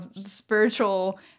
spiritual